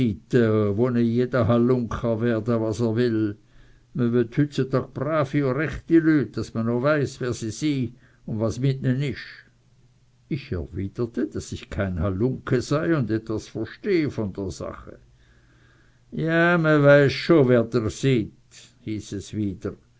cha werde was er will me wott hützutag bravi u rechti lüt daß me o weiß wer si sy und was mit ne isch ich erwiderte daß ich kein halunke sei und etwas verstehe von der sache ja me weiß scho wer dr syt hieß es wieder